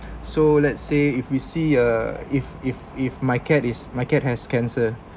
so let's say if we see a if if if my cat is my cat has cancer